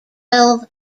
twelve